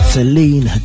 Celine